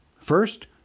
First